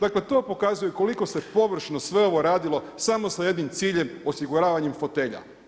Dakle to pokazuje koliko se površno sve ovo radilo samo sa jednim ciljem, osiguravanjem fotelja.